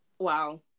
wow